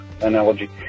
analogy